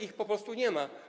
Ich po prostu nie ma.